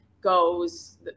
goes